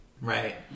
Right